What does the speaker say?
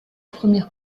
première